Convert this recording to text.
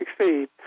succeed